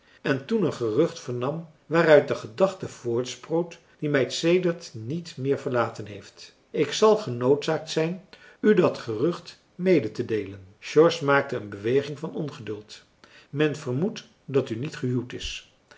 en toen een gerucht vernam waaruit de gedachte voortsproot die mij sedert niet meer verlaten heeft ik zal genoodzaakt zijn u dat gerucht medetedeelen george maakte een beweging van ongeduld men vermoedt dat u niet gehuwd is